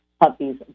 Puppies